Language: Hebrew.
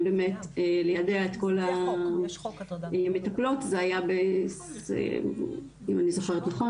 באמת ליידע את כל המטפלות וזה היה אם אני זוכרת בבירור,